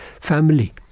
family